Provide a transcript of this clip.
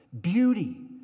beauty